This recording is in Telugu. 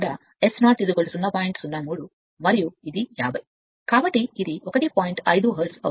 5 హెర్ట్జ్ అవుతుంది